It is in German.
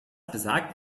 besagt